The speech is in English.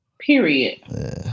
Period